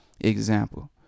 example